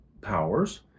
powers